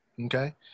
Okay